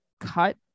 cut